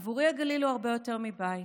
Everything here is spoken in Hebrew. עבורי הגליל הוא הרבה יותר מבית.